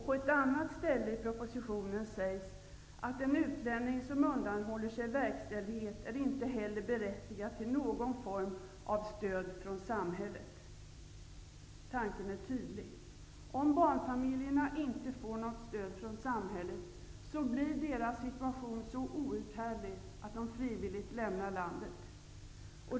På ett annat ställe i propositionen sägs att ''en utlänning som undanhåller sig verkställighet är inte heller berättigad till någon form av stöd från samhället''. Tanken är tydlig! Om barnfamiljerna inte får något stöd från samhället, blir deras situation så outhärdlig att de frivilligt lämnar landet.